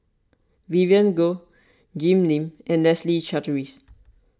Vivien Goh Jim Lim and Leslie Charteris